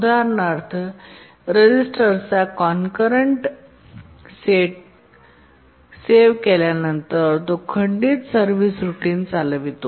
उदाहरणार्थ रजिस्टर्सचा concurrent set concurrent set save केल्यानंतर तो खंडीत सर्व्हिस रूटीन चालवितो